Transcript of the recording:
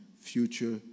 future